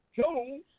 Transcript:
Jones